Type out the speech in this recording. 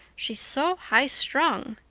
she's so high strung.